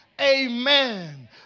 Amen